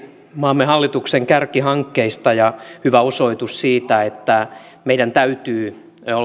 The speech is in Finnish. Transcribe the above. maamme hallituksen kärkihankkeista ja hyvä osoitus siitä että meidän täytyy olla